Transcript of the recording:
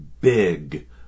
big